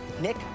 Nick